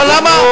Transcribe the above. אבל למה,